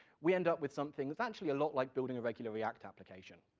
we end up with something that's actually a lot like building a regular react application.